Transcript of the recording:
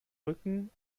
rücken